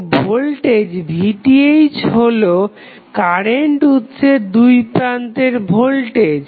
তো voltage VTh হলো current উৎসের দুইপ্রান্তের ভোল্টেজ